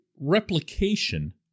replication